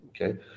Okay